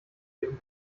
viren